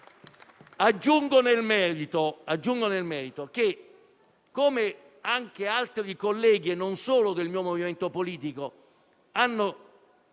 Aggiungo nel merito - come anche altri colleghi, e non solo del mio movimento politico,